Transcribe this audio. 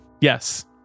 yes